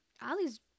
Allie's